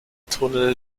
tunnel